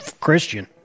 Christian